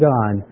God